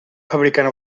fabricant